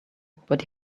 but